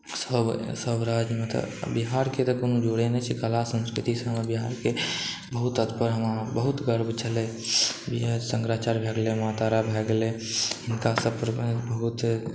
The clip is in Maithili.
सब सब राज्यमे तऽ बिहारके तऽ कोनो जोड़े नहि छै कला संस्कृति सबमे बिहारके बहुत तत्पर बहुत गर्व छलै शंकराचार्य भए गेलै माँ तारा भए गेलै हिनका सब पर मे बहुत